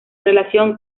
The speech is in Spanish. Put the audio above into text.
relación